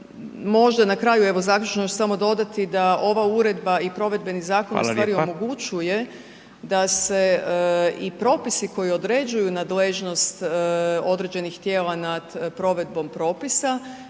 možda na kraju evo završno još samo dodati da ova uredba i provedbeni zakoni u stvari omogućuje …/Upadica: Hvala lijepa./… da se i propisi koji određuju nadležnost određenih tijela nad provedbom propisa